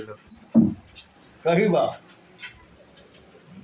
इ मगरमच्छ नदी, झील अउरी दलदली माटी में मिलेला